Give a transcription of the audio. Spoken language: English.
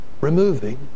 removing